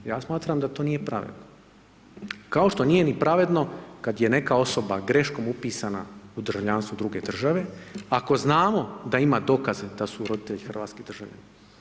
Ja smatram da to nije pravedno, kao što nije ni pravedno kada je neka osoba greškom upisana u državljanstvo druge države, ako znamo da ima dokaze da su roditelji hrvatski državljani.